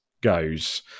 goes